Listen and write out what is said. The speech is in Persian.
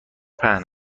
پهن